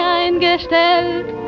eingestellt